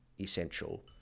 essential